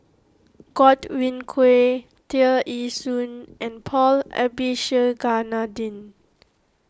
Godwin Koay Tear Ee Soon and Paul Abisheganaden